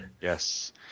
Yes